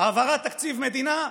העברת תקציב מדינה,